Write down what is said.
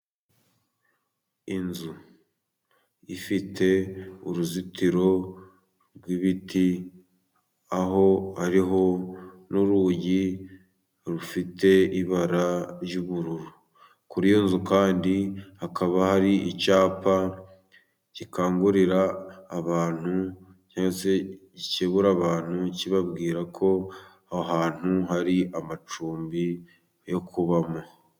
Inzu ifite uruzitiro rw'ibiti ,aho hariho n'urugi rufite ibara ry'ubururu. Kuri yo nzu kandi hakaba hari icyapa gikangurira abantu cyangwa se gikebura abantu kibabwira ko aho hantu hari amacumbi yo kubamo.